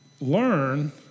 learn